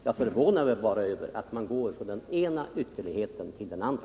Jag förvånar mig bara över att man går från den ena ytterligheten till den andra.